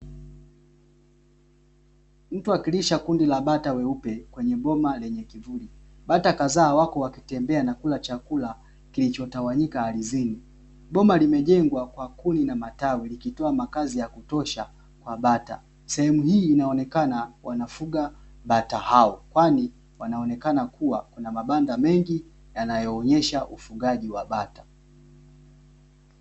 Mtu akilisha kundi la bata weupe kwenye boma lenye kivuli. Bata kadhaa wako wakitembea na kula chakula kilichotawanyika ardhini. Boma limejengwa kwa kuni na matawi likitoa makazi ya kutosha kwa bata. Sehemu hii inaonekana wanafuga bata hao kwani wanaonekana kuwa na mabanda mengi yanayoonyesha ufugaji wa bata.